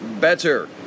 better